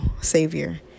Savior